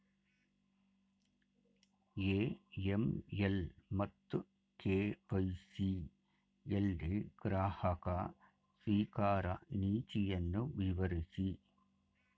AML ಮತ್ತು KYC ಯಲ್ಲಿ ಗ್ರಾಹಕ ಸ್ವೀಕಾರ ನೀತಿಯನ್ನು ವಿವರಿಸಿ?